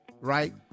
right